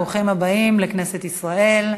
ברוכים הבאים לכנסת ישראל,